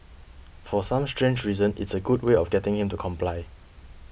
for some strange reason it's a good way of getting him to comply